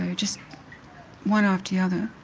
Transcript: and just one after the other,